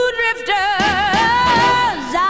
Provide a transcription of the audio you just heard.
drifters